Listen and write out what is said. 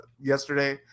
yesterday